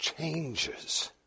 changes